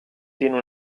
tiene